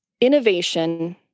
innovation